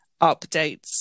updates